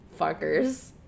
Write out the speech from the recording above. Fuckers